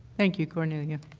thank you, cornelia.